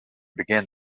begin